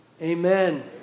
Amen